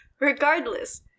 Regardless